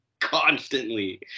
constantly